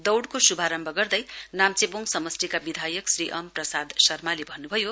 दौड़को श्भारम्भ गर्दै नाम्चेबोड़ समस्टिका विधायक श्री ऊम प्रसाद शर्माले भन्न्भयो